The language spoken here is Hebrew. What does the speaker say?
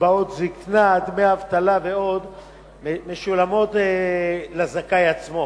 קצבאות זיקנה ודמי אבטלה, משולמות לזכאי עצמו,